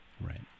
Right